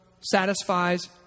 satisfies